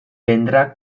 vendrá